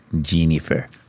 Jennifer